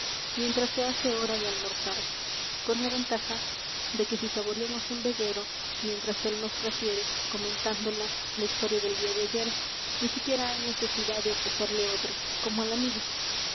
mientras se hace hora de almorzar con la ventaja de que si saboreamos un veguero mientras él nos refiere comentándola la historia del día de ayer ni siquiera hay necesidad de ofrecerle otro como al amigo